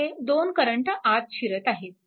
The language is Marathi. हे दोन करंट आत शिरत आहेत